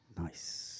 Nice